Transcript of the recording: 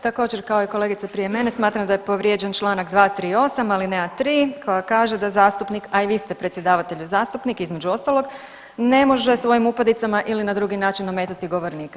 Također kao i kolegica prije mene smatram da je povrijeđen članak 238. alineja 3. koja kaže da zastupnik, a i svi ste predsjedavatelju zastupnik između ostalog ne može svojim upadicama ili na drugi način ometati govornika.